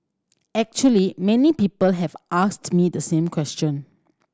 actually many people have asked me the same question